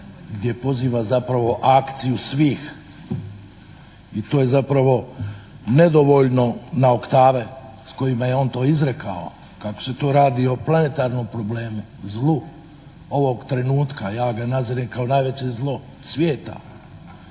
gdje poziva zapravo akciju svih i to je zapravo nedovoljno na oktave s kojima je on to izrekao, kako se to radi o planetarnom problemu, zlu, ovog trenutka ja ga nazirem kao najveće zlo svijeta,